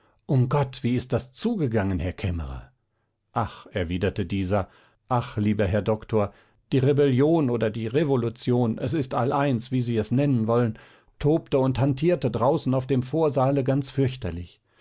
um gott wie ist das zugegangen herr kämmerer ach erwiderte dieser ach lieber herr doktor die rebellion oder die revolution es ist all eins wie sie es nennen wollen tobte und hantierte draußen auf dem vorsaale ganz fürchterlich